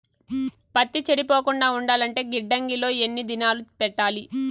పత్తి చెడిపోకుండా ఉండాలంటే గిడ్డంగి లో ఎన్ని దినాలు పెట్టాలి?